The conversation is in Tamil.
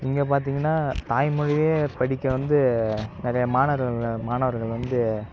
இங்கே பார்த்தீங்கன்னா தாய்மொழியே படிக்க வந்து நிறைய மாணவர்களால் மாணவர்கள் வந்து